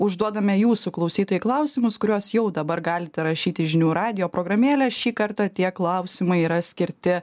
užduodame jūsų klausytojai klausimus kuriuos jau dabar galite rašyti žinių radijo programėlę šį kartą tie klausimai yra skirti